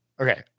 Okay